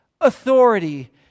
authority